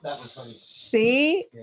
see